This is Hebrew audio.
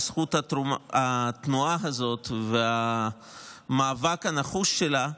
בזכות התנועה הזאת והמאבק הנחוש שלה,